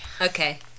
Okay